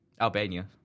Albania